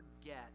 forget